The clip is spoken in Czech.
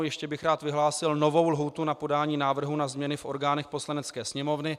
Ještě bych rád vyhlásil novou lhůtu na podání návrhu na změny v orgánech Poslanecké sněmovny.